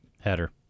Header